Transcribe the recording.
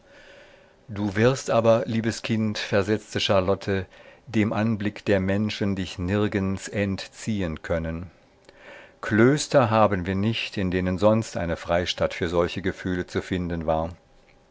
du wirst aber liebes kind versetzte charlotte dem anblick der menschen dich nirgends entziehen können klöster haben wir nicht in denen sonst eine freistatt für solche gefühle zu finden war